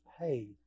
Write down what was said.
paid